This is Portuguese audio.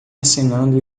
acenando